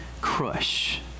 crush